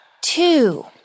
Two